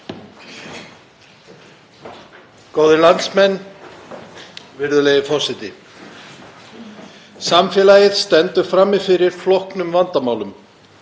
Góðir landsmenn. Virðulegi forseti. Samfélagið stendur frammi fyrir flóknum vandamálum.